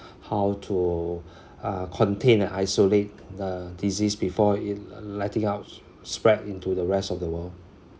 how to (uh)contain and isolate the disease before it letting out spread into the rest of the world